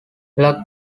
luck